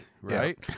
right